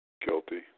guilty